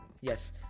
yes